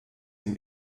ihm